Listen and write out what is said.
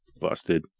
busted